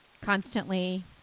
constantly